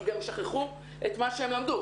כי גם שכחו את מה הם למדו.